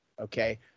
okay